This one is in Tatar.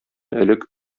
элек